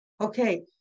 Okay